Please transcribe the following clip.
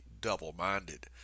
double-minded